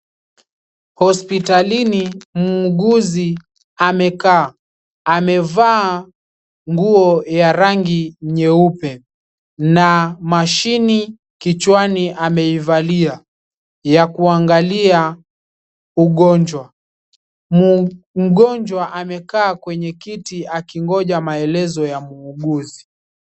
Hospitalini, muuguzi amekaa. Amevaa nguo ya rangi nyeupe na mashini kichwani ameivalia ya kuangalia ugonjwa. Mgonjwa amekaa kwenye kiti akingoja maelezo ya muuguzi.